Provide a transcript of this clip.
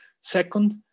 Second